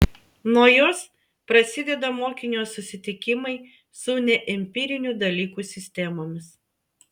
nuo jos prasideda mokinio susitikimai su neempirinių dalykų sistemomis